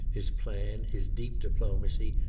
his plan, his deep diplomacy,